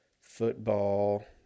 football